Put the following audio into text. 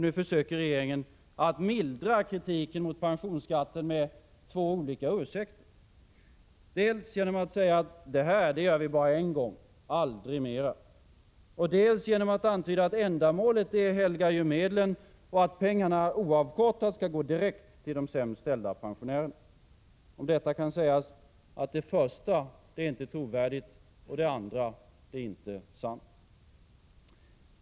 Nu försöker regeringen mildra kritiken mot pensionsskatten med två olika ursäkter — dels genom att säga att detta gör vi bara en gång, aldrig mer, dels genom att antyda att ändamålet helgar medlen och att pengarna oavkortat skall gå direkt till de sämst ställda pensionärerna. Om detta kan sägas att det första inte är trovärdigt och att det andra inte är sant.